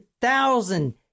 thousand